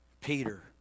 Peter